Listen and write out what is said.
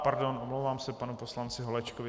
Pardon, omlouvám se panu poslanci Holečkovi.